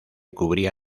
cubría